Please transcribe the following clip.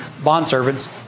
bondservants